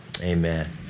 Amen